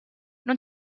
non